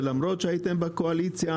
שלמרות שהייתם בקואליציה,